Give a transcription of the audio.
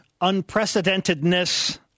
unprecedentedness